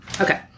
Okay